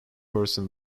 person